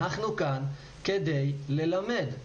אנחנו כאן כדי ללמד,